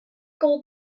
gold